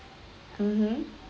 mmhmm